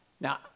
Now